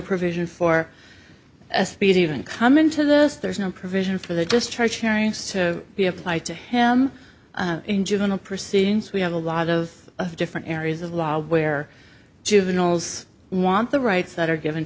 provision for a speedy even come into this there's no provision for the discharge variance to be applied to him in juvenile proceedings we have a lot of different areas of law where juveniles want the rights that are given